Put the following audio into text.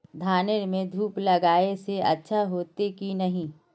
धानेर में धूप लगाए से अच्छा होते की नहीं?